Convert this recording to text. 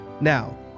Now